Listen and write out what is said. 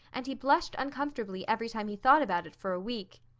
and he blushed uncomfortably every time he thought about it for a week.